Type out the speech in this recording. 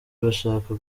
bashaka